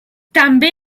també